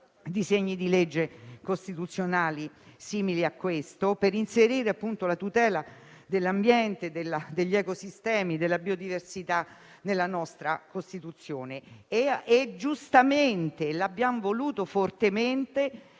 disegni di legge costituzionali simili a quello in esame per inserire la tutela dell'ambiente, degli ecosistemi e della biodiversità nella nostra Costituzione. E abbiamo voluto fortemente